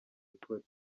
polly